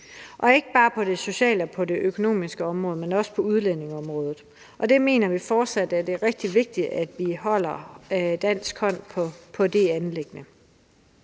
ikke bare på det sociale og det økonomiske område, men også på udlændingeområdet, og der mener vi fortsat, at det er rigtig vigtigt, at vi har en dansk hånd på det anliggende.